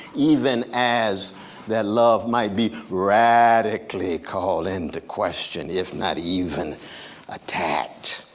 even as that love might be radically called into question, if not even attacked.